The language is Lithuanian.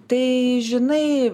tai žinai